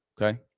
Okay